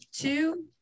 two